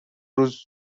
روز